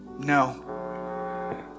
No